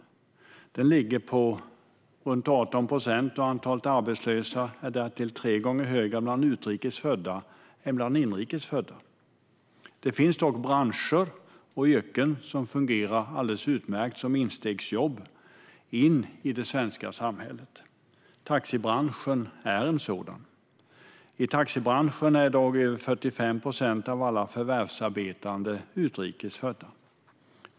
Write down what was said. Ungdomsarbetslösheten ligger runt 18 procent, och antalet arbetslösa är därtill tre gånger högre bland utrikes födda än bland inrikes födda. Det finns dock branscher och yrken som fungerar utmärkt som instegsjobb i det svenska samhället. Taxibranschen är en sådan. I taxibranschen är i dag över 45 procent av alla förvärvsarbetande utrikes födda.